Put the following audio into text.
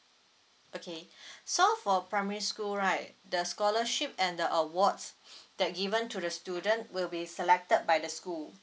okay so for primary school right the scholarship and the awards that given to the student will be selected by the school